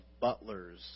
Butlers